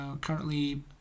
currently